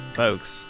folks